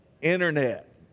Internet